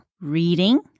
Reading